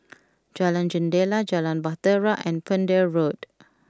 Jalan Jendela Jalan Bahtera and Pender Road